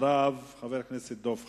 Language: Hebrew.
אחריו, חבר הכנסת דב חנין.